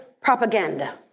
propaganda